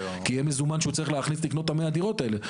כי יהיה מזומן שהוא יצטרך להכניס כדי לקנות את 100 הדירות האלה.